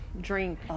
drink